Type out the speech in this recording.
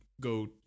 go